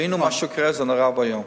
ראינו מה שקורה, זה נורא ואיום.